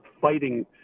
fighting